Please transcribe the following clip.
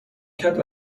کرد